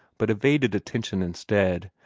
but evaded attention instead,